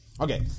Okay